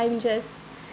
I'm just